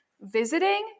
Visiting